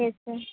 yes sir